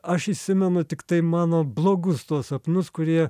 aš įsimenu tiktai mano blogus sapnus kurie